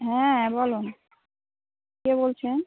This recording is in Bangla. হ্যাঁ বলো কে বলছেন